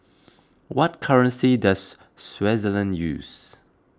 what currency does Swaziland use